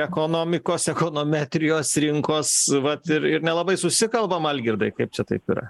ekonomikos ekonometrijos rinkos vat ir ir nelabai susikalbam algirdai kaip čia taip yra